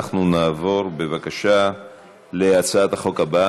אנחנו נעבור להצעת החוק הבאה,